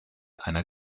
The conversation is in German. einer